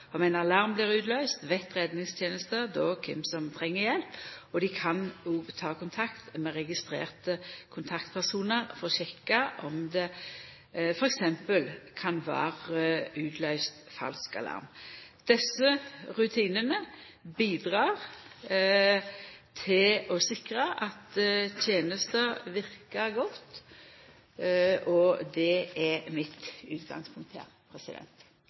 alarm blir utløyst, veit redningstenesta kven som treng hjelp, og dei kan òg ta kontakt med registrerte kontaktpersonar for å sjekka om det f.eks. kan vera utløyst falsk alarm. Desse rutinane bidreg til å sikra at tenesta verkar godt, og det er mitt utgangspunkt